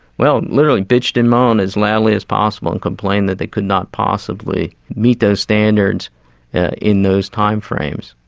well literally bitched and moaned as loudly as possible and complained that they could not possibly meet those standards in those time frames.